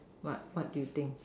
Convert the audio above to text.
what what do you think